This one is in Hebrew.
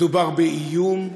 מדובר באיום,